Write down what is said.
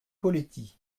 poletti